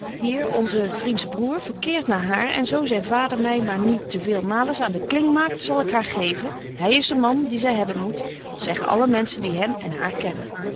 onzen vriends broêr verkeert naar haar en zo zyn vader my maar niet betje wolff en aagje deken historie van mejuffrouw sara burgerhart te veel malens aan den kling maakt zal ik haar geven hy is de man dien zy hebben moet dat zeggen alle menschen die hem en haar kennen